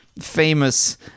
famous